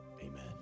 amen